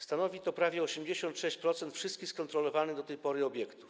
Stanowi to prawie 86% wszystkich skontrolowanych do tej pory obiektów.